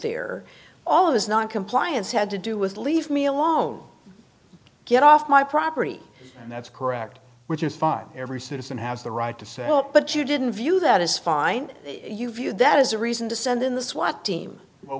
here all of his noncompliance had to do was leave me alone get off my property and that's correct which is fine every citizen has the right to say well but you didn't view that as fine you view that as a reason to send in the swat team what